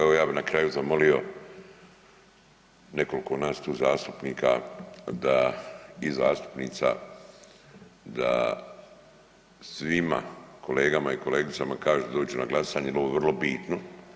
Evo ja bi na kraju zamolio nekoliko nas tu zastupnika da i zastupnica da svima kolegama i kolegicama kažu da dođu na glasanje jer ovo je vrlo bitno.